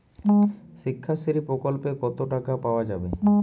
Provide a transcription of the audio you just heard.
শিক্ষাশ্রী প্রকল্পে কতো টাকা পাওয়া যাবে?